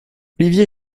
olivier